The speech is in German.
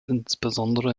insbesondere